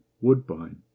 woodbine